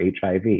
HIV